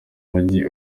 mujyi